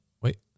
Wait